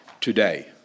today